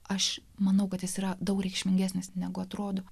aš manau kad jis yra daug reikšmingesnis negu atrodo